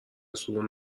سورون